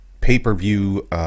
pay-per-view